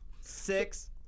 Six